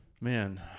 Man